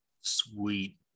Sweet